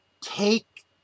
take